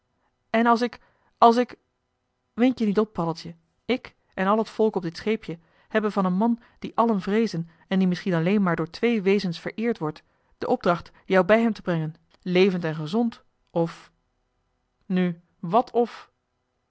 en als ik als ik wind je niet op paddeltje ik en al het volk op dit scheepje hebben van een man dien allen vreezen en die misschien alleen maar door twee wezens vereerd wordt de opdracht jou bij hem te brengen levend en gezond of nu wat of